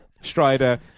Strider